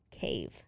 Cave